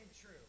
true